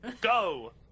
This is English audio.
go